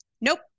Nope